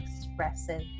expressive